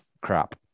crap